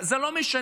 זה לא משנה,